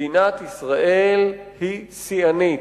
שמדינת ישראל היא שיאנית,